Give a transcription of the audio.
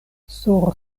sur